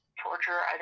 torture